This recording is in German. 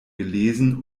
gelesen